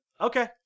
Okay